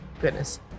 Goodness